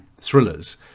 thrillers